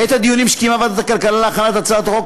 בעת הדיונים שקיימה ועדת הכלכלה להכנת הצעת החוק,